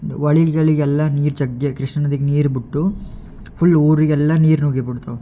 ಹೊಳಿಗಳಿಗೆಲ್ಲ ನೀರು ಜಗ್ಗಿ ಕೃಷ್ಣಾ ನದಿಗೆ ನೀರು ಬಿಟ್ಟು ಫುಲ್ ಊರಿಗೆಲ್ಲ ನೀರು ನುಗ್ಗಿಬಿಡ್ತಾವೆ